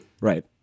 Right